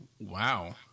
Wow